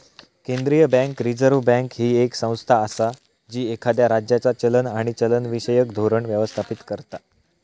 केंद्रीय bank, reserve bank, ही येक संस्था असा जी एखाद्या राज्याचा चलन आणि चलनविषयक धोरण व्यवस्थापित करता